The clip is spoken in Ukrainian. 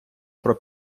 про